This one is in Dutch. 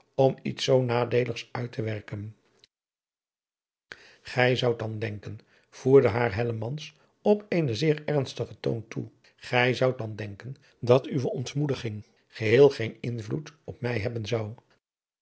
om iets zoo nadeeligs uit te werken gij zoudt dan denken voerde haar hellemans op eenen zeer ernstigen toon toe gij zoudt dan denken dat uwe ontmoediging geheel geen invloed op mij hebben zou